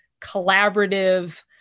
collaborative